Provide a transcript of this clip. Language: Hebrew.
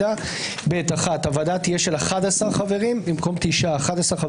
"(ב)(1) הוועדה תהיה של אחד-עשר חברים, שהם